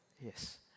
Yes